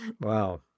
Wow